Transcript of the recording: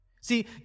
See